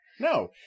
No